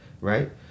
right